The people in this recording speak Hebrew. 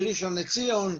בראשון לציון,